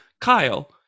Kyle